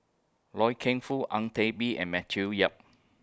Loy Keng Foo Ang Teck Bee and Matthew Yap